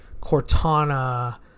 Cortana